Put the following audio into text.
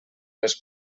les